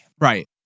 Right